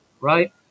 right